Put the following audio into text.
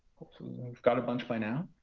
we've we've got a bunch by now. ah,